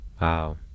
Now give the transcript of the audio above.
Wow